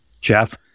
jeff